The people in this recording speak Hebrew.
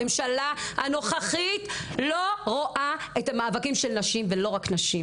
הממשלה הנוכחית לא רואה את המאבקים של נשים ולא רק נשים.